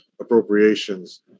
appropriations